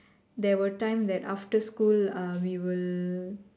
there were time that after school uh we will